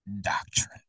doctrine